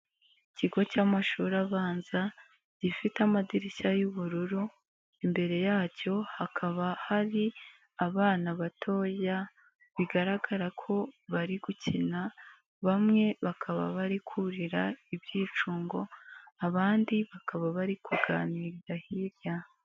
Ikigo cy'amashuri abanza gifite amadirishya y'ubururu, imbere yacyo hakaba hari abana batoya, bigaragara ko bari gukina. Bamwe bakaba bari kurira ibyicungo, abandi bakaba bari kuganirira hirya.